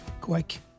quick